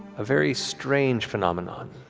a very strange phenomenon